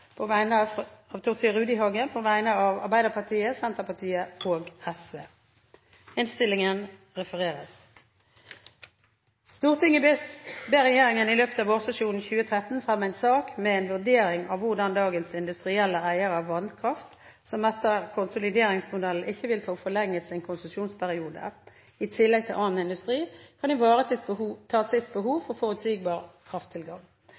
på Stortinget har valgt å fremme dette representantforslaget, hvor vi ber regjeringen fremme en sak med en vurdering av hvordan dagens industrielle eiere av vannkraft, som etter konsolideringsmodellen ikke vil få forlenget sin konsesjonsperiode, i tillegg til annen industri kan ivareta sitt behov for forutsigbar krafttilgang.